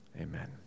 Amen